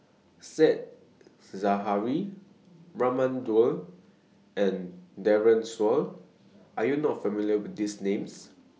Said Zahari Raman Daud and Daren Shiau Are YOU not familiar with These Names